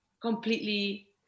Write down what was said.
completely